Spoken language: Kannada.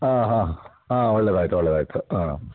ಹಾಂ ಹಾಂ ಹಾಂ ಒಳ್ಳೆಯದಾಯ್ತು ಒಳ್ಳೆಯದಾಯ್ತು ಆಂ